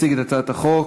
יציג את הצעת החוק